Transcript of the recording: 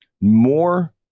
More